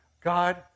God